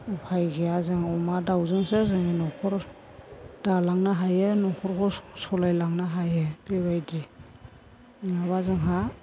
उफाय गैया जों अमा दाउजोंसो जोंनि न'खर दालांनो हायो न'खरखौ सालायलांनो हायो बेबायदि नङाबा जोंहा